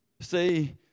See